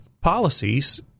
policies